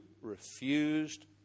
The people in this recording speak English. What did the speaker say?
refused